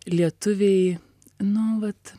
lietuviai nu vat